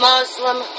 Muslim